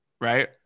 right